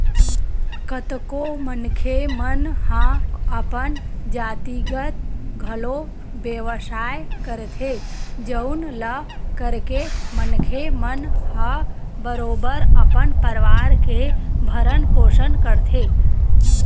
कतको मनखे मन हा अपन जातिगत घलो बेवसाय करथे जउन ल करके मनखे मन ह बरोबर अपन परवार के भरन पोसन करथे